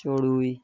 চড়ুই